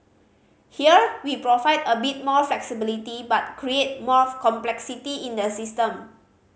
here we provide a bit more flexibility but create more complexity in the system